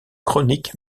chronique